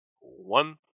one